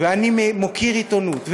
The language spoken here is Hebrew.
ואני מוקיר עיתונות,